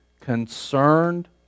concerned